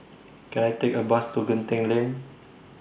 Can I Take A Bus to Genting Lane